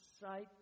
sight